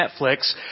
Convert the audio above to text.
Netflix